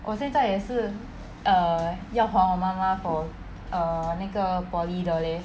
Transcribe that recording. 我现在也是 err 要还我妈妈 for err 那个 poly 的 leh